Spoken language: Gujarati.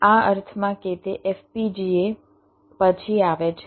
આ અર્થમાં કે તે FPGA પછી આવે છે